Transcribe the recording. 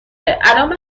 الان